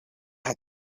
had